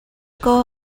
girl